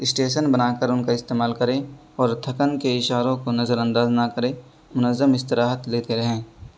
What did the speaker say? station بنا کر ان کا استعمال کریں اور تھکن کے اشاروں کو نظر انداز نہ کریں منظم استراحت لیتے رہیں